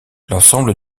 l’ensemble